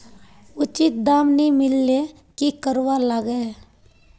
उचित दाम नि मिलले की करवार लगे?